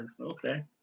Okay